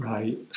Right